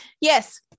Yes